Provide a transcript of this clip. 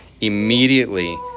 immediately